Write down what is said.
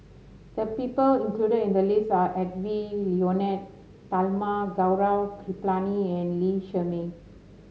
the people included in the list are Edwy Lyonet Talma Gaurav Kripalani and Lee Shermay